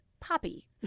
Poppy